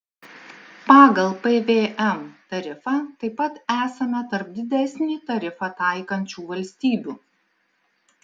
pagal pvm tarifą taip pat esame tarp didesnį tarifą taikančių valstybių